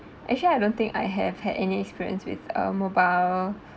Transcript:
actually I don't think I have had any experience with uh mobile